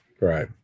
Right